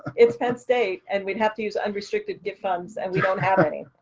it's penn state and we'd have to use unrestricted gift funds and we don't have any.